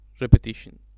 repetition